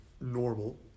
normal